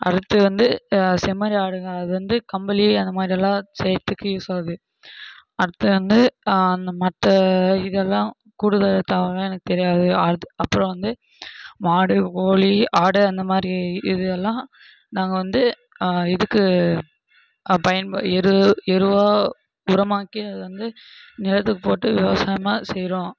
அடுத்து வந்து செம்மறி ஆடுங்க அது வந்து கம்பளி அந்த மாதிரியெல்லாம் செய்யறத்துக்கு யூஸ் ஆகுது அடுத்து வந்து அந்த மற்ற இதெல்லாம் கூடுதல் எல்லா எனக்கு தெரியாது அடுத்து அப்புறம் வந்து மாடு கோழி ஆடு அந்தமாதிரி இது எல்லாம் நாங்கள் வந்து இதுக்கு பயன் எரு எருவை உரமாக்கி அதை வந்து நிலத்துக்கு போட்டு விவசாயமாக செய்யறோம்